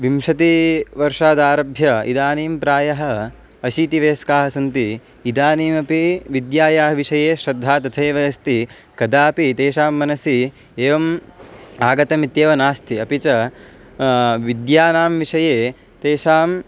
विंशतिवर्षादारभ्य इदानीं प्रायः अशीतिवयस्काः सन्ति इदानीमपि विद्यायाः विषये श्रद्धा तथैव अस्ति कदापि तेषां मनसि एवम् आगतम् इत्येव नास्ति अपि च विद्यानां विषये तेषां